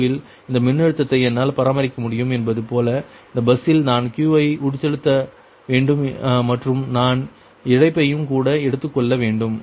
u இல் இந்த மின்னழுத்தத்தை என்னால் பராமரிக்க முடியும் என்பது போல இந்த பஸ்ஸில் நான் Q வை உட்செலுத்த வேண்டும் மற்றும் நான் இழப்பையும் கூட எடுத்துக்கொள்ள வேண்டும்